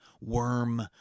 Worm